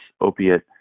opiate